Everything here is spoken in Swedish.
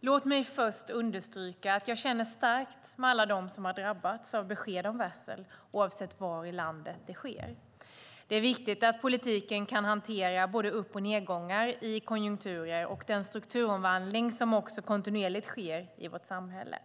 Låt mig först understryka att jag känner starkt med alla dem som har drabbats av besked om varsel, oavsett var i landet det sker. Det är viktigt att politiken kan hantera både upp och nedgångar i konjunkturer och den strukturomvandling som också kontinuerligt sker i vårt samhälle.